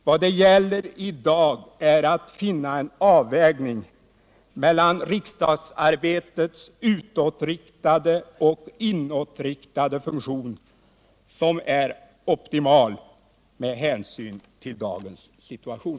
Vad det i dag gäller är att få en avvägning mellan riksdagsarbetets utåtriktade och inåtriktade funktion som är optimal med hänsyn till dagens situation.